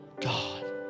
God